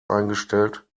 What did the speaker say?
eingestellt